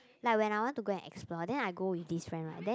like when I want to go and explore then I go with this friend right then